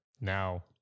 now